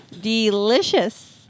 delicious